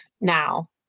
now